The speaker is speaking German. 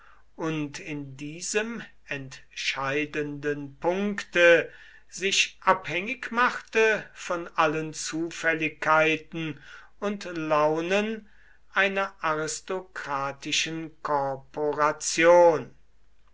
und in diesem entscheidenden punkte sich abhängig machte von allen zufälligkeiten und launen einer aristokratischen korporation